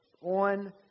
on